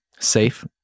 Safe